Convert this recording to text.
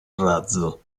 razzo